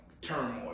turmoil